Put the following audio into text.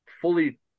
fully